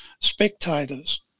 spectators